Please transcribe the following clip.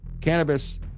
cannabis